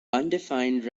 undefined